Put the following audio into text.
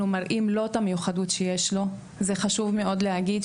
מראים לו את המיוחדות שיש בו וזה דבר שחשוב מאוד להגיד,